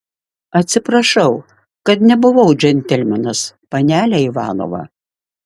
atsiprašau kad nebuvau džentelmenas panele ivanova